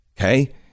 Okay